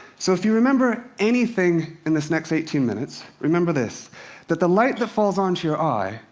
so if you remember anything in this next eighteen minutes, remember this that the light that falls onto your eye,